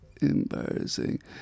embarrassing